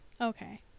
Okay